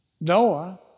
Noah